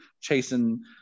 chasing